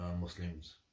Muslims